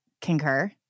concur